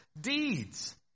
deeds